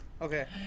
Okay